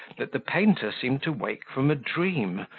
that the painter seemed to wake from a dream,